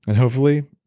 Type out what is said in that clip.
and hopefully,